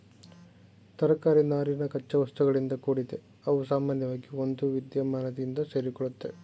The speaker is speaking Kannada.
ತರಕಾರಿ ನಾರಿನ ಕಚ್ಚಾವಸ್ತುಗಳಿಂದ ಕೂಡಿದೆ ಅವುಸಾಮಾನ್ಯವಾಗಿ ಒಂದುವಿದ್ಯಮಾನದಿಂದ ಸೇರಿಕೊಳ್ಳುತ್ವೆ